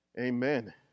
Amen